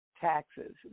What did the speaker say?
taxes